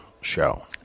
show